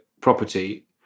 property